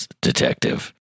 detective